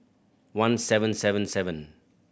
one seven seven seven